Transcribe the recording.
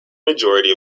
majority